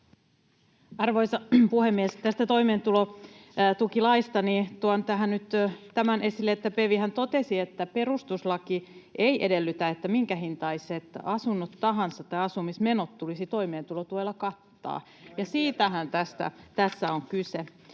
Arvoisa puhemies! Tästä toimeentulotukilaista tuon tähän nyt tämän esille, että PeVhän totesi, että perustuslaki ei edellytä, että minkähintaiset asunnot tai asumismenot tahansa tulisi toimeentulotuella kattaa, [Ben Zyskowiczin